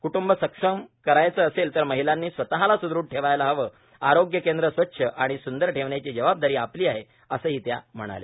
क्टंब सक्षम करायचं असक्ष तर महिलांनी स्वतला स्दृढ ठखायला हव आरोग्य केंद्र स्वच्छ आणि स्ंदर ठखण्याची जबाबदारी आपली आहव असंही त्या म्हणाल्या